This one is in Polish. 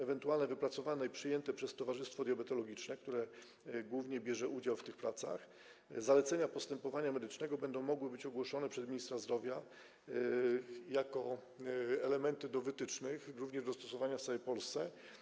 Ewentualne wypracowane i przyjęte przez towarzystwo diabetologiczne, które głównie bierze udział w tych pracach, zalecenia co do postępowania medycznego będą mogły być ogłoszone przez ministra zdrowia jako element wytycznych również do stosowania w całej Polsce.